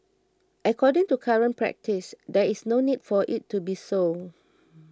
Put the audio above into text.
according to current practice there is no need for it to be so